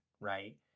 right